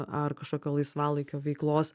ar kažkokio laisvalaikio veiklos